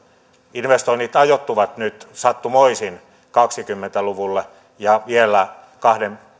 investoinnit ajoittuvat nyt sattumoisin kaksikymmentä luvulle ja vielä kahden